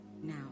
now